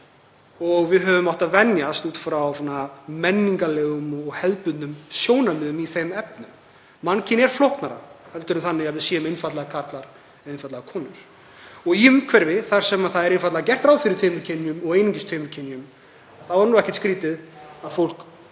og við höfum átt að venjast út frá menningarlegum og hefðbundnum sjónarmiðum í þeim efnum. Mannkynið er flóknara en svo að við séum einfaldlega karlar eða einfaldlega konur. Í umhverfi þar sem það er einfaldlega gert ráð fyrir tveimur kynjum og einungis tveimur kynjum er ekkert skrýtið þó að fólk